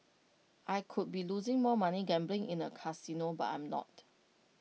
I could be losing more money gambling in A casino but I'm not